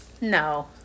no